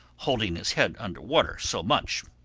holding his head under water so much.